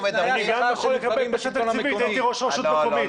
את תנאי השכר של נבחרים בשלטון המקומי.